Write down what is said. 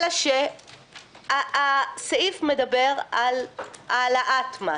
אלא שהסעיף מדבר על העלאת מס.